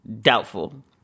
Doubtful